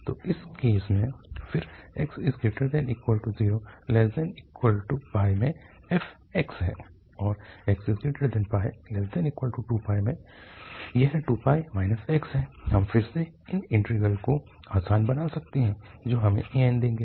तो इस केस में फिर 0≤x में f x है और x≤2 में यह 2 x है हम फिर से इन इंटीग्रल को आसान बना सकते है जो हमें an देंगे